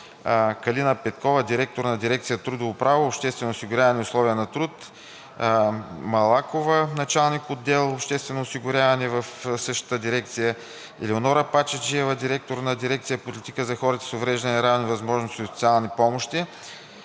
Калина Петкова – директор на дирекция „Трудово право, обществено осигуряване и условия на труд“, Петя Малакова – началник-отдел „Обществено осигуряване“ в същата дирекция, Елеонора Пачеджиева – директор на дирекция „Политика за хората с увреждания, равни възможности и социални помощи“,